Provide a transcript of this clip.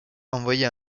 envoyés